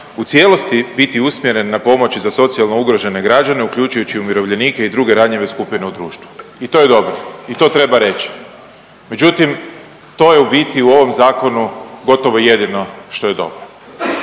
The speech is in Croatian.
u cijelosti biti usmjeren na pomoći za socijalno ugrožene građane, uključujući umirovljenike i druge ranjive skupine u društvu i to je dobro i to treba reći. Međutim, to je u biti u ovom zakonu gotovo jedino što je dobro